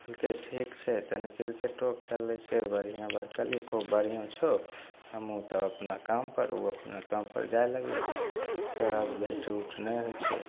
कहलकै ठीक छै तनि किरकेटो खेलै छै बढ़िआँ बात कहलिए खूब बढ़िआँ छौ हमहूँ तऽ अपना कामपर ओ अपना कामपर जाए लागलै तऽ आब भेँट उट नहि होइ छै